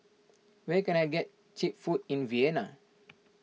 where can I get Cheap Food in Vienna